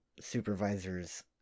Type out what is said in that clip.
supervisors